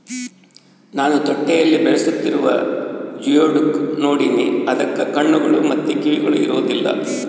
ನಾನು ತೊಟ್ಟಿಯಲ್ಲಿ ಬೆಳೆಸ್ತಿರುವ ಜಿಯೋಡುಕ್ ನೋಡಿನಿ, ಅದಕ್ಕ ಕಣ್ಣುಗಳು ಮತ್ತೆ ಕಿವಿಗಳು ಇರೊದಿಲ್ಲ